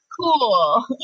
cool